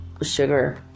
Sugar